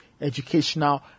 educational